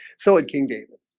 so it king david